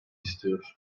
istiyor